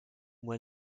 mois